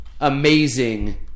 amazing